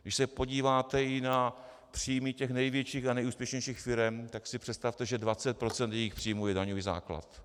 Když se podíváte i na příjmy těch největších a nejúspěšnějších firem, tak si představte, že 20 % jejich příjmů je daňový základ.